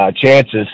chances